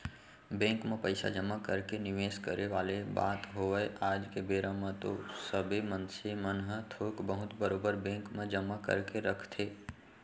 bank म पइसा जमा करके निवेस करे वाले बात होवय आज के बेरा म तो सबे मनसे मन ह थोक बहुत बरोबर बेंक म जमा करके रखथे